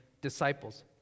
disciples